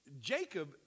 Jacob